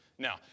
Now